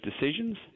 decisions